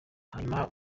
hanyuma